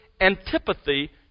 antipathy